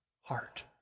heart